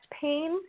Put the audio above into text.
pain